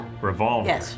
revolver